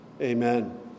Amen